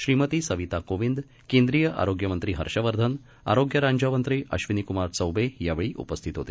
श्रीमती सविता कोविंद केंद्रीय आरोग्य मंत्री हर्ष वर्धन आरोग्य राज्यमंत्री अश्विनी कुमार चौबे यावेळी उपस्थित होते